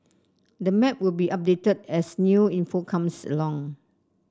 the map will be updated as new info comes along